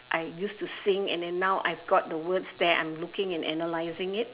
I used to sing and then now I've got the words there I'm looking and analyzing it